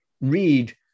Read